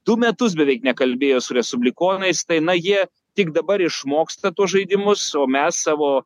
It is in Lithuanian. du metus beveik nekalbėjo su respublikonais tai na jie tik dabar išmoksta tuos žaidimus o mes savo